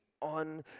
on